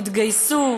יתגייסו,